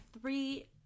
three